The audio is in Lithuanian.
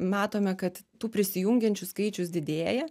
matome kad tų prisijungiančių skaičius didėja